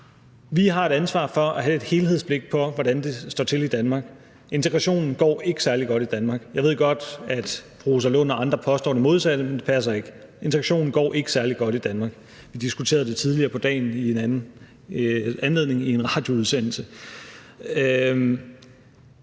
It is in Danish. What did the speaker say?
Vi har et ansvar for at have et helhedsblik for, hvordan det står til i Danmark. Integrationen går ikke særlig godt i Danmark. Jeg ved godt, at fru Rosa Lund og andre påstår det modsatte, men det passer ikke. Integrationen går ikke særlig godt i Danmark. Det diskuterede vi tidligere på dagen i en anden anledning i en radioudsendelse.